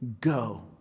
go